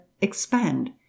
expand